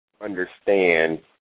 understand